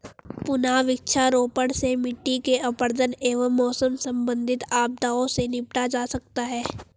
पुनः वृक्षारोपण से मिट्टी के अपरदन एवं मौसम संबंधित आपदाओं से निपटा जा सकता है